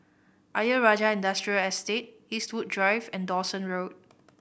Ayer Rajah Industrial Estate Eastwood Drive and Dawson Road